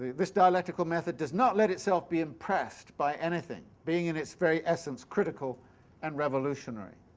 this dialectical method does not let itself be impressed by anything, being in it's very essence critical and revolutionary.